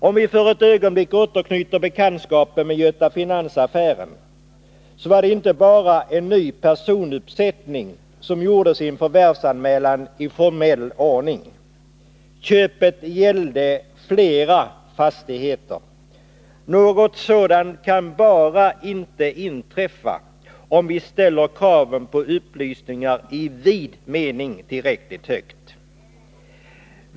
Om vi för ett ögonblick återknyter bekantskapen med Göta Finans-affären, kan vi konstatera att det inte bara var en ny personuppsättning som gjorde sin förvärvsanmälan i formell ordning. Köpet gällde också flera fastigheter. Något sådant kan bara inte inträffa, om vi ställer kraven på upplysningar i vid mening tillräckligt högt.